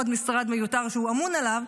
עוד משרד מיותר שהוא אמון עליו.